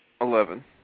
Eleven